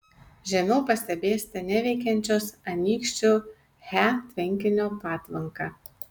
žemiau pastebėsite neveikiančios anykščių he tvenkinio patvanką